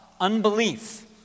Unbelief